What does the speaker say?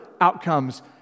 outcomes